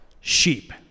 sheep